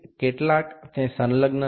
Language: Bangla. সুতরাং কোন কোন সময় এটি মিলিত হয় না